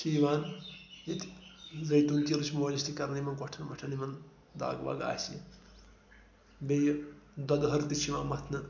چھِ یِوان ییٚتہِ زایتوٗن تیٖلٕچ مٲلِش تہِ کَرنہٕ یِمَن گۄٹھٮ۪ن وۄٹھٮ۪ن یِمَن دَغ وَغ آسہِ بیٚیہِ دۄدٕۂر تہِ چھِ یِوان مَتھنہٕ